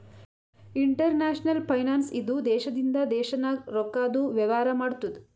international finance ಇದು ದೇಶದಿಂದ ದೇಶ ನಾಗ್ ರೊಕ್ಕಾದು ವೇವಾರ ಮಾಡ್ತುದ್